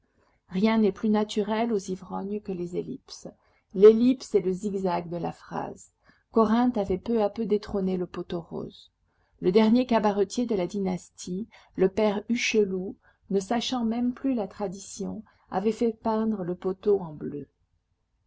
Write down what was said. rien n'est plus naturel aux ivrognes que les ellipses l'ellipse est le zigzag de la phrase corinthe avait peu à peu détrôné le pot aux roses le dernier cabaretier de la dynastie le père hucheloup ne sachant même plus la tradition avait fait peindre le poteau en bleu